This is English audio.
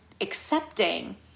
accepting